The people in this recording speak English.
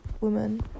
woman